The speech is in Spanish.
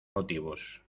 motivos